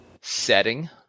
setting